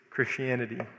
Christianity